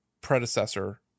predecessor